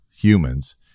humans